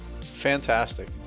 fantastic